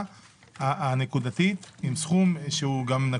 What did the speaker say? עזרה נקודתית, עם סכום נקוב.